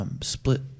Split